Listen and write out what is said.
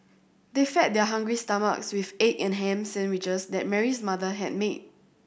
they fed their hungry stomachs with the egg and ham sandwiches that Mary's mother had made